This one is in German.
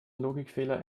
logikfehler